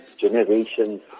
generations